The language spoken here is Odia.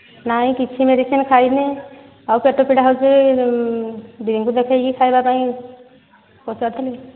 ନାଇଁ କିଛି ମେଡ଼ିସିନ୍ ଖାଇନି ଆଉ ପେଟ ପୀଡ଼ା ହେଉଛି ଦିଦିଙ୍କୁ ଦେଖାଇକି ଖାଇବା ପାଇଁ ପଚାରୁଥିଲି